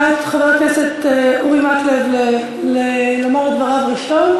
אני מזמינה את חבר הכנסת אורי מקלב לומר את דבריו ראשון.